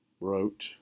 wrote